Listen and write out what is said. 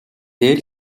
дээр